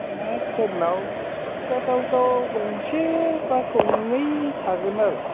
नोङो सोरनाव खिथाथावथाव गंसे बा गंनै थागोन आरो